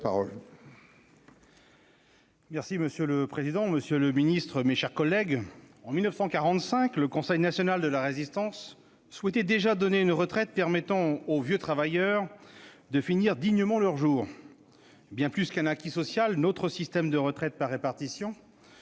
Monsieur le président, monsieur le secrétaire d'État, mes chers collègues, en 1945, le Conseil national de la Résistance souhaitait déjà donner une retraite permettant aux vieux travailleurs de finir dignement leurs jours. Bien plus qu'un acquis social, notre système de retraite par répartition